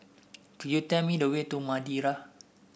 could you tell me the way to Madeira